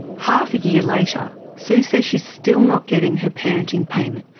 half a year later, sue says she's still not getting her parenting payment.